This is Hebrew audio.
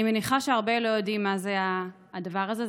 אני מניחה שהרבה לא יודעים מה זה הדבר הזה,